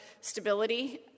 stability